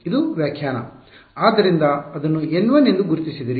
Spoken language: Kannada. ಆದ್ದರಿಂದ ಅದನ್ನು N1 ಎಂದು ಗುರುತಿಸಿದಿರಿ